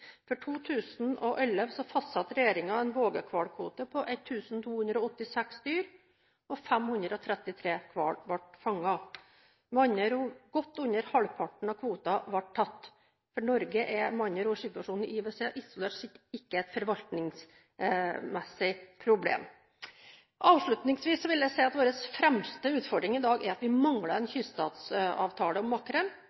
For 2011 fastsatte regjeringen en vågehvalkvote på 1286 dyr, og 533 hval ble fanget. Med andre ord: Godt under halvparten av kvoten ble tatt. For Norge er med andre ord situasjonen i IWC isolert sett ikke et forvaltningsmessig problem. Avslutningsvis vil jeg si at vår fremste utfordring i dag er at vi mangler en